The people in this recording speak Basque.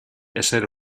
ezer